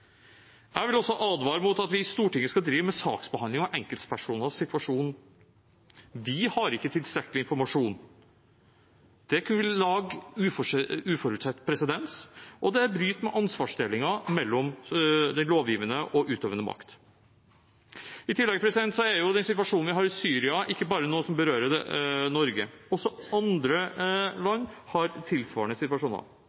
Jeg vil også advare mot at vi i Stortinget skal drive saksbehandling av enkeltpersoners situasjon. Vi har ikke tilstrekkelig informasjon. Det vil kunne lage uforutsett presedens, og det bryter med ansvarsdelingen mellom den lovgivende og den utøvende makt. I tillegg er den situasjonen vi har i Syria, ikke noe som bare berører Norge, også andre